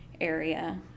area